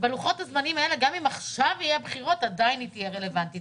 בלוחות הזמנים האלה גם אם עכשיו יהיו בחירות עדיין היא תהיה רלוונטית.